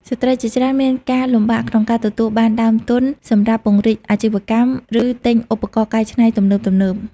ស្ត្រីជាច្រើនមានការលំបាកក្នុងការទទួលបានដើមទុនសម្រាប់ពង្រីកអាជីវកម្ម ឬទិញឧបករណ៍កែច្នៃទំនើបៗ។